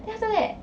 then after that